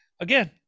again